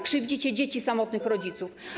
Krzywdzicie dzieci samotnych rodziców.